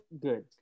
good